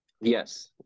Yes